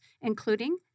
including